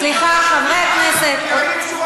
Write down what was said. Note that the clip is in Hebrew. סליחה, חברי הכנסת.